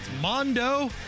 Mondo